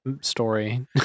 story